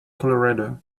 colorado